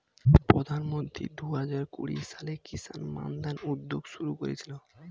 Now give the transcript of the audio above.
প্রধানমন্ত্রী দুহাজার কুড়ি সালে কিষান মান্ধান উদ্যোগ শুরু করেছিলেন